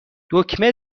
دکمه